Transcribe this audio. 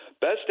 best